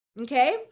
Okay